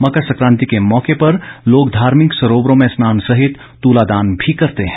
मकर सकांति के मौके पर लोग धार्मिक सरोवरों में स्नान सहित तुलादान भी करते हैं